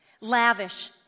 Lavish